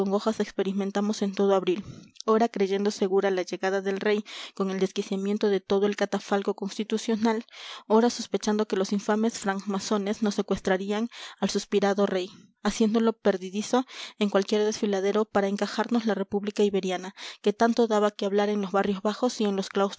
congojas experimentamos en todo abril ora creyendo segura la llegada del rey con el desquiciamiento de todo el catafalco constitucional ora sospechando que los infames francmasones nos secuestrarían al suspirado rey haciéndolo perdidizo en cualquier desfiladero para encajarnos la república iberiana que tanto daba que hablar en los barrios bajos y en los